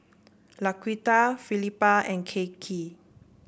Laquita Felipa and Kaycee